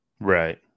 Right